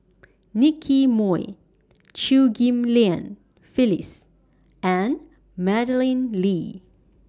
Nicky Moey Chew Ghim Lian Phyllis and Madeleine Lee